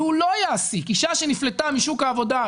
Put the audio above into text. והוא לא יעסיק אישה שנפלטה משוק העבודה,